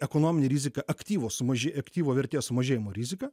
ekonominė rizika aktyvo sumažė aktyvo vertės sumažėjimo rizika